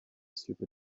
super